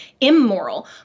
immoral